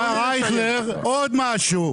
מר אייכלר, עוד משהו: